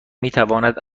میتواند